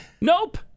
Nope